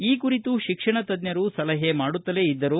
ಈ ಕುರಿತು ಶಿಕ್ಷಣ ತಜ್ಞರು ಸಲಹೆ ಮಾಡುತ್ತಲೇ ಇದ್ದರು